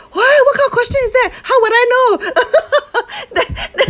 what what kind of question is that how would I know then then